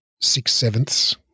six-sevenths